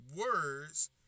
words